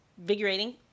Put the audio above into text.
invigorating